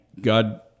God